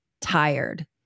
tired